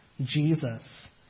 Jesus